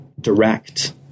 direct